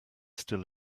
still